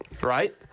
Right